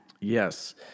Yes